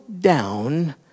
down